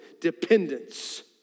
dependence